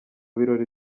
birori